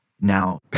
now-